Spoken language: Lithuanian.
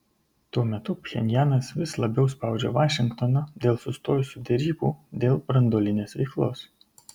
tuo metu pchenjanas vis labiau spaudžia vašingtoną dėl sustojusių derybų dėl branduolinės veiklos